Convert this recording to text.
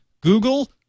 Google